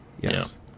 Yes